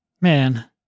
man